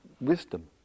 wisdom